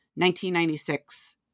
1996